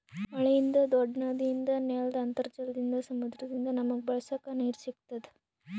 ಮಳಿಯಿಂದ್, ದೂಡ್ಡ ನದಿಯಿಂದ್, ನೆಲ್ದ್ ಅಂತರ್ಜಲದಿಂದ್, ಸಮುದ್ರದಿಂದ್ ನಮಗ್ ಬಳಸಕ್ ನೀರ್ ಸಿಗತ್ತದ್